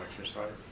exercise